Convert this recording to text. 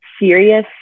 serious